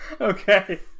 Okay